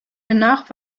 danach